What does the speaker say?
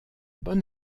bon